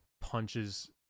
punches